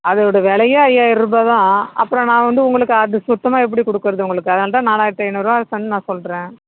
அதோட விலையே ஐயாயிரூபா தான் அப்புறம் நான் வந்து உங்களுக்கு அது சுத்தமாக எப்படி கொடுக்கறது உங்களுக்கு அதனால் தான் நாலாயிரத்து ஐந்நூறுரூவா சன் நான் சொல்லுறேன்